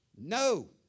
No